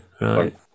right